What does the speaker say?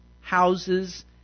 houses